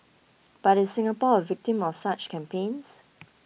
but is Singapore a victim of such campaigns